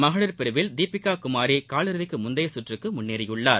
மகளிர் பிரிவில் தீபிக்கா குமாரி கால் இறுதிக்கு முந்தைய கற்றுக்கு முன்னேறியுள்ளார்